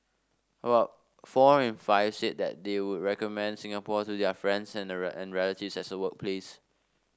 about four in five said they would recommend Singapore to their friends and and relatives as a workplace